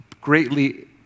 greatly